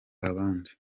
abandi